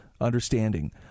understanding